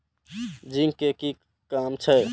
Zinc के कि काम छै?